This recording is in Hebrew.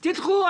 תדחו.